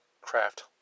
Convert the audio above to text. craft